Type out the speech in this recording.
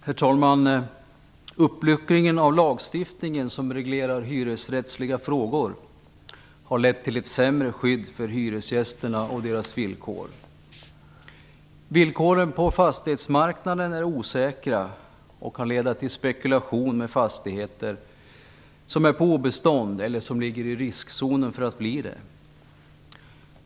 Herr talman! Uppluckringen av lagstiftningen som reglerar hyresrättsliga frågor har lett till ett sämre skydd och sämre villkor för hyresgästerna. Villkoren på fastighetsmarknaden är osäkra och kan leda till spekulation med fastigheter som är på obestånd eller som ligger i riskzonen för att bli det.